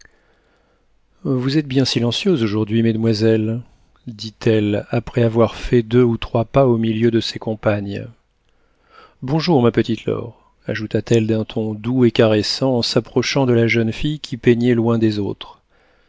vous êtes bien silencieuses aujourd'hui mesdemoiselles dit-elle après avoir fait deux ou trois pas au milieu de ses compagnes bonjour ma petite laure ajouta-t-elle d'un ton doux et caressant en s'approchant de la jeune fille qui peignait loin des autres